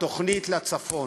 התוכנית לצפון.